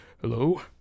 hello